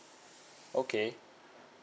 okay